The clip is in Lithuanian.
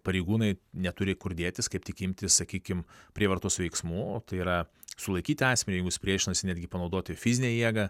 pareigūnai neturi kur dėtis kaip tik imtis sakykim prievartos veiksmų tai yra sulaikyti asmenį jeigu jis priešinasi netgi panaudoti fizinę jėgą